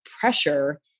pressure